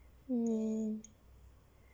mm